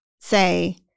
say